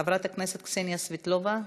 חברת הכנסת קסניה סבטלובה.